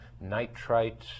nitrite